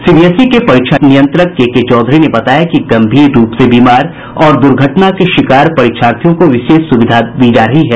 CBSE के परीक्षा नियंत्रक केके चौधरी ने बताया कि गम्भीर रूप से बीमार और दुर्घटना के शिकार परीक्षार्थियों को विशेष सुविधा दी जायेगी